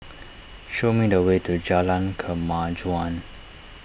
show me the way to Jalan Kemajuan